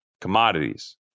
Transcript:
commodities